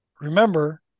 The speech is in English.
remember